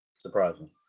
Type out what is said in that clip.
Surprising